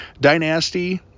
Dynasty